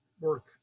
work